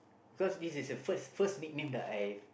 cause this is the first first nickname that I